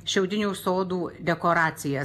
šiaudinių sodų dekoracijas